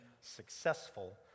successful